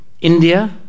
India